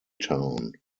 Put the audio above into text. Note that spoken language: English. town